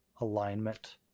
alignment